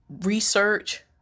research